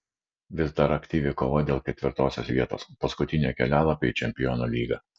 vis dar aktyvi kova dėl ketvirtosios vietos paskutinio kelialapio į čempionų lygą